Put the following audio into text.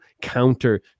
counter